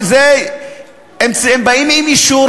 הם באים עם אישור,